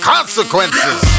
Consequences